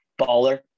baller